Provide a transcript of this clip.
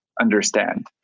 understand